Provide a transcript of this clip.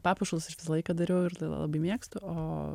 papuošalus aš visą laiką dariau ir labai mėgstu o